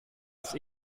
ist